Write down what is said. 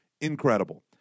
Incredible